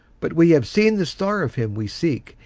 but we have seen the star of him we seek,